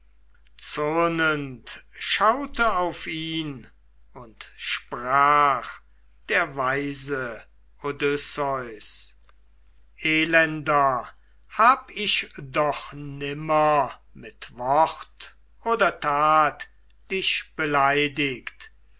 zürnend schaute auf ihn und sprach der weise odysseus elender hab ich doch nimmer mit wort oder tat dich beleidigt